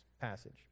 passage